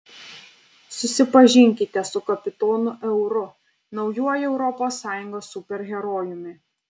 susipažinkite su kapitonu euru naujuoju europos sąjungos superherojumi